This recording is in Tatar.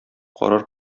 карар